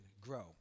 grow